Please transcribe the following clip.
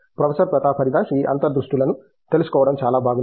professor Pratap Haridas ఈ అంతర్దృష్టులను తెలుసుకోవడం చాలా బాగుంది